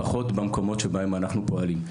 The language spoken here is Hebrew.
לפחות במקומות שבהם אנחנו פועלים.